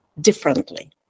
differently